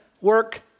work